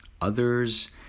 Others